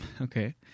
okay